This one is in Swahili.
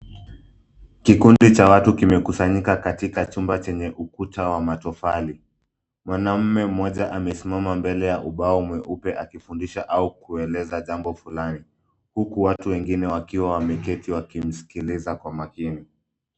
Kikundi cha watu kimekusanyika katika chumba chenye ukuta wa matofali. Mwanaume mmoja amesimama mbele ya ubao mweupe akifundisha au kueleza jambo fulani. Huku watu wengine wakiwa wameketi wakimsikiliza kwa makini.